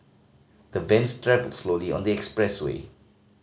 the vans travelled slowly on the expressway